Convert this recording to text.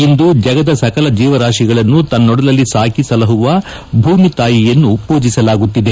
ಇಂದು ಜಗದ ಸಕಲ ಜೀವರಾತಿಗಳನ್ನು ತನ್ನೊಡಲಲ್ಲಿ ಸಾಕಿ ಸಲಹುವ ಭೂಮಿ ತಾಯಿಯನ್ನು ಪೂಜಿಸಲಾಗುತ್ತಿದೆ